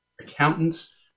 accountants